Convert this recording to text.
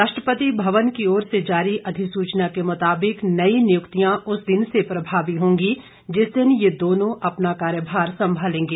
राष्ट्रपति भवन की ओर से जारी अधिसूचना के मुताबिक नई नियुक्तियां उस दिन से प्रभावी होगी जिस दिन ये दोनों अपना कार्यभार संभालेंगे